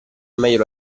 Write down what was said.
meglio